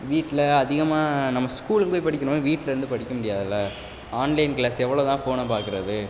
வீட்டில அதிகமாக நம்ம ஸ்கூலுக்குப் போய் படிக்கிறமாதிரி வீட்லேருந்து படிக்க முடியாதுல்ல ஆன்லைன் க்ளாஸ் எவ்ளோ தான் ஃபோனை பார்க்கறது